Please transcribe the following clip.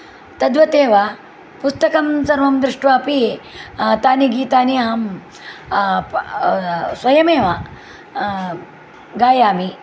तद्वत् एव पुस्तकं सर्वं दृष्ट्वापि तानि गीतानि अहं स्वयमेव गायामि